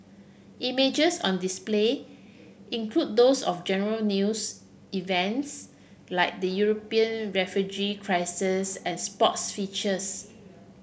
images on display include those of general news events like the European refugee crisis and sports features